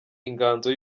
inganzo